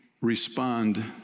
respond